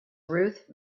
ruth